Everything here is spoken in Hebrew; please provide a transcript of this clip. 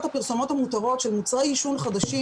הפרסומות המותרות של מוצרי עישון חדשים.